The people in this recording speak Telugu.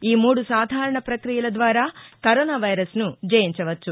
ఈ మూడు సాధారణ ప్రక్రియల ద్వారా కరోనా వైరస్ను జయించవచ్చు